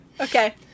Okay